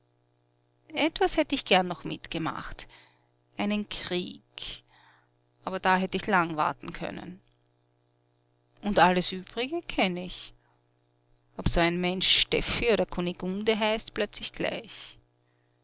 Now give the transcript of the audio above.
etwas hätt ich gern noch mitgemacht einen krieg aber da hätt ich lang warten können und alles übrige kenn ich ob so ein mensch steffi oder kunigunde heißt bleibt sich gleich